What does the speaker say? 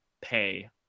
pay